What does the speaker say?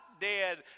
dead